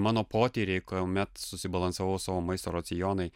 mano potyriai kuomet susibalansavau savo maisto racionai